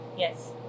Yes